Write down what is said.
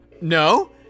No